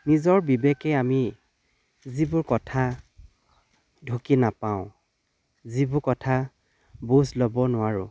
নিজৰ বিবেকে আমি যিবোৰ কথা ঢুকি নাপাওঁ যিবোৰ কথা বুজ ল'ব নোৱাৰোঁ